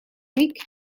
week